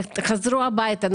חזרו הביתה,